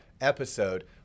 episode